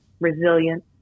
Resilient